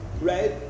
right